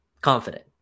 confident